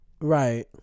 Right